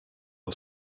are